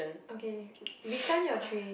okay return your tray